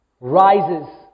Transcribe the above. rises